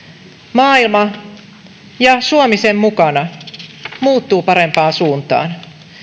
maailma ja suomi sen mukana muuttuu parempaan suuntaan